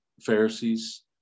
Pharisees